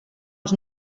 els